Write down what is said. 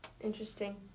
Interesting